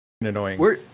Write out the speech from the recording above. annoying